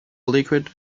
liquid